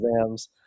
exams